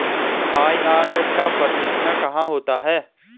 IRS का प्रशिक्षण कहाँ होता है?